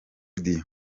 radio